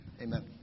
amen